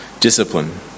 Discipline